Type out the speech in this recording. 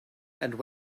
and